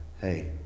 Hey